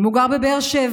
אם הוא גר בבאר שבע,